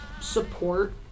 support